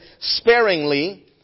sparingly